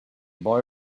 boy